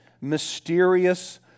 mysterious